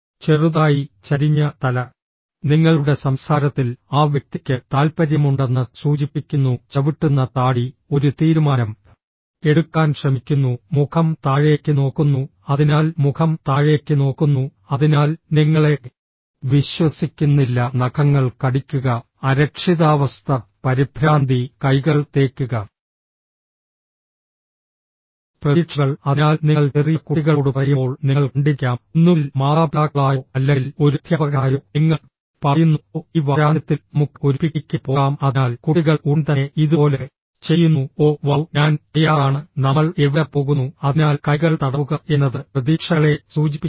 ചെറുതായി ചരിഞ്ഞ തല നിങ്ങളുടെ സംസാരത്തിൽ ആ വ്യക്തിക്ക് താൽപ്പര്യമുണ്ടെന്ന് സൂചിപ്പിക്കുന്നു ചവിട്ടുന്ന താടി ഒരു തീരുമാനം എടുക്കാൻ ശ്രമിക്കുന്നു മുഖം താഴേക്ക് നോക്കുന്നു അതിനാൽ മുഖം താഴേക്ക് നോക്കുന്നു അതിനാൽ നിങ്ങളെ വിശ്വസിക്കുന്നില്ല നഖങ്ങൾ കടിക്കുക അരക്ഷിതാവസ്ഥ പരിഭ്രാന്തി കൈകൾ തേക്കുക പ്രതീക്ഷകൾ അതിനാൽ നിങ്ങൾ ചെറിയ കുട്ടികളോട് പറയുമ്പോൾ നിങ്ങൾ കണ്ടിരിക്കാം ഒന്നുകിൽ മാതാപിതാക്കളായോ അല്ലെങ്കിൽ ഒരു അധ്യാപകനായോ നിങ്ങൾ പറയുന്നു ഓ ഈ വാരാന്ത്യത്തിൽ നമുക്ക് ഒരു പിക്നിക്കിന് പോകാം അതിനാൽ കുട്ടികൾ ഉടൻ തന്നെ ഇതുപോലെ ചെയ്യുന്നു ഓ വൌ ഞാൻ തയ്യാറാണ് നമ്മൾ എവിടെ പോകുന്നു അതിനാൽ കൈകൾ തടവുക എന്നത് പ്രതീക്ഷകളെ സൂചിപ്പിക്കുന്നു